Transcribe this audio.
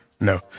No